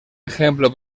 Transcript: ejemplo